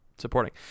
supporting